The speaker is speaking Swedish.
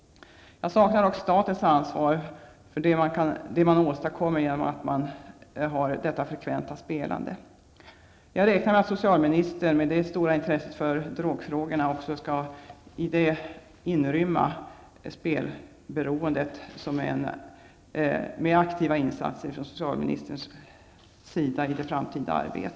Jag saknar dock statens ansvar för det man åstadkommer genom detta frekventa spelande. Jag räknar med att socialministern i sitt stora intresse för drogfrågorna också skall inrymma frågan om spelberoendet och i det framtida arbetet göra aktiva insatser mot det.